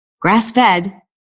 grass-fed